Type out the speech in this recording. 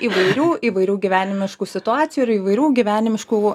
įvairių įvairių gyvenimiškų situacijų ir įvairių gyvenimiškų